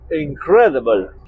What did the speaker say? incredible